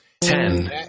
Ten